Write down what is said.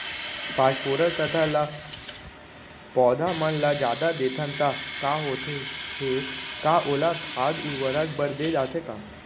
Phosphorus तथा ल पौधा मन ल जादा देथन त का होथे हे, का ओला खाद उर्वरक बर दे जाथे का?